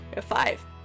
five